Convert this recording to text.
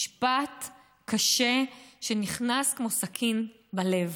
משפט קשה, שנכנס כמו סכין בלב: